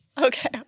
Okay